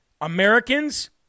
Americans